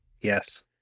Yes